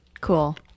Cool